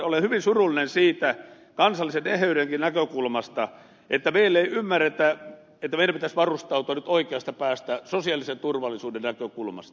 olen hyvin surullinen kansallisen eheydenkin näkökulmasta siitä että meillä ei ymmärretä että meidän pitäisi varustautua nyt oikeasta päästä sosiaalisen turvallisuuden näkökulmasta